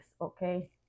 okay